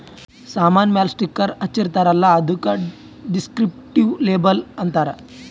ಸಾಮಾನ್ ಮ್ಯಾಲ ಸ್ಟಿಕ್ಕರ್ ಹಚ್ಚಿರ್ತಾರ್ ಅಲ್ಲ ಅದ್ದುಕ ದಿಸ್ಕ್ರಿಪ್ಟಿವ್ ಲೇಬಲ್ ಅಂತಾರ್